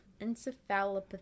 encephalopathy